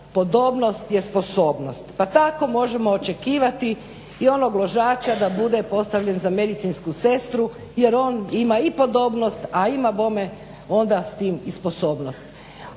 podobnost je sposobnost, pa tako možemo očekivati i onog ložača da bude postavljen za medicinsku sestru jer on ima i podobnost a ima bome onda s tim i sposobnost.